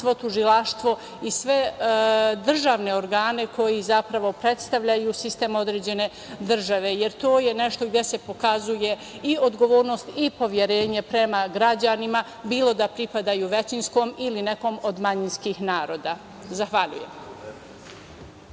tužilaštvo i sve državne organe koji zapravo predstavljaju sistem određene države, jer to je nešto gde se pokazuje i odgovornost i poverenje prema građanima, bilo da pripadaju većinskom ili nekom od manjinskih naroda. Zahvaljujem.